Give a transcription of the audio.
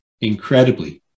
Incredibly